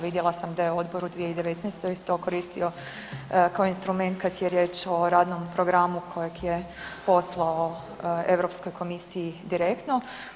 Vidjela sam da je Odbor u 2019. to koristio kao instrument kad je riječ o radnom programu kojeg je poslao EU komisiji direktno.